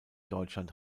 deutschland